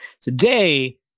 today